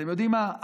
אתם יודעים מה,